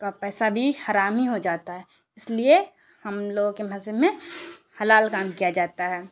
کا پیسہ بھی حرام ہی ہو جاتا ہے اس لیے ہم لوگوں کے مذہب میں حلال کام کیا جاتا ہے